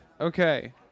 Okay